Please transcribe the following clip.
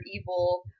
evil